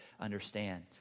understand